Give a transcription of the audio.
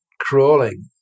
crawling